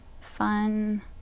fun